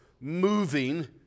moving